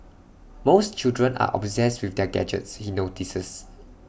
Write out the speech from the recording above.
most children are obsessed with their gadgets he notices